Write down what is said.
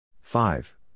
Five